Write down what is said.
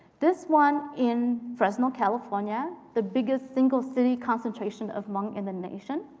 this one in fresno, california, the biggest single city concentration of hmong in the nation.